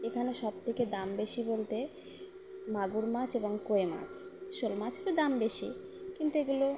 এখানে সব থেকে দাম বেশি বলতে মাগুর মাছ এবং কই মাছের শোল মাছ তো দাম বেশি কিন্তু এগুলো